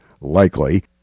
likely